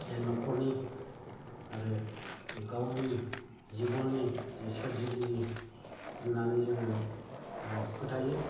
जा न'खरनि आरो गावनि जिउनि सोरजिगिरि होननानै जोङो फोथायो